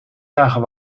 dagen